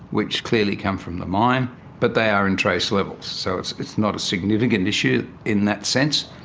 which clearly come from the mine but they are in trace levels, so it's it's not a significant issue in that sense.